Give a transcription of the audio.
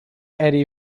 eddy